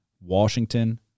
Washington